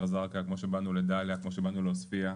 א-זרקא כמו שבאנו לגדליה כמו שבאנו לעוספייה,